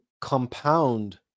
compound